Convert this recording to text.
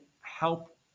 help